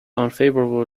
unfavorable